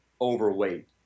overweight